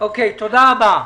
תודה רבה.